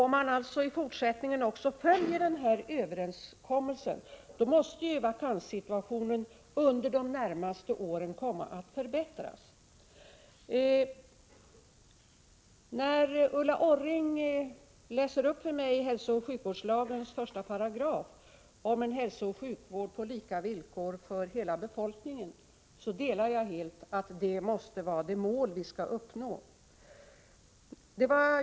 Om man alltså även i fortsättningen följer denna överenskommelse, måste ju vakanssituationen under de närmaste åren komma att förbättras. Eftersom Ulla Orring för mig läste upp hälsooch sjukvårdslagens första paragraf om en hälsooch sjukvård på lika villkor för hela befolkningen, vill jag säga att jag helt instämmer i att detta måste vara det mål vi skall uppnå.